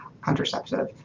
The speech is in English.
contraceptive